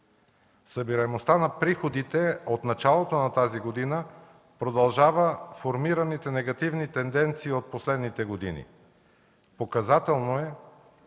Събираемостта на приходите от началото на тази година продължава формираните негативни тенденции от последните години. Показателно е,